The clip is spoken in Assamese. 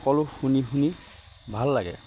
সকলো শুনি শুনি ভাল লাগে